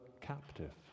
captive